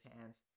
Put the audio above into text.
hands